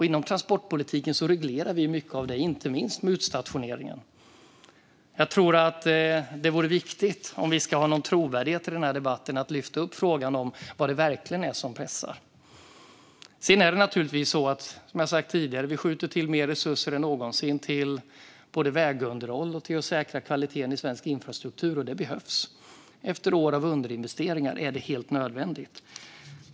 Inom transportpolitiken reglerar vi mycket av detta, inte minst med utstationeringen. Om vi ska ha någon trovärdighet i den här debatten tror jag att det är viktigt att lyfta upp frågan vad det verkligen är som pressar. Sedan är det naturligtvis så, som jag har sagt tidigare, att vi skjuter till mer resurser än någonsin till både vägunderhåll och till att säkra kvaliteten i svensk infrastruktur. Det behövs. Efter år av underinvesteringar är det helt nödvändigt.